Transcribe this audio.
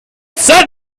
said